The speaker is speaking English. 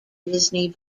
disney